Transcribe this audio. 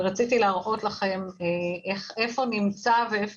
ורציתי להראות לכם איפה נמצא ואיפה